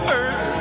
earth